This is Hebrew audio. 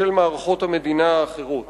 ושל מערכות המדינה האחרות.